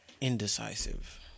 indecisive